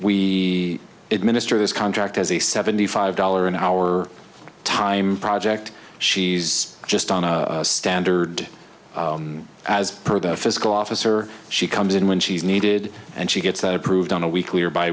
we administer this contract as a seventy five dollars an hour time project she's just on a standard as per the physical officer she comes in when she's needed and she gets approved on a weekly or bi